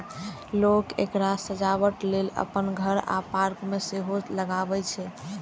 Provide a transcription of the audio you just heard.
लोक एकरा सजावटक लेल अपन घर आ पार्क मे सेहो लगबै छै